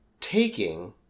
taking